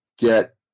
Get